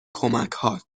کمکهات